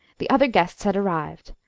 the other guests had arrived,